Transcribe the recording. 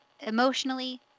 Emotionally